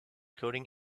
coding